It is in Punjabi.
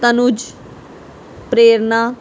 ਤਨੁਜ ਪ੍ਰੇਰਨਾ